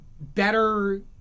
better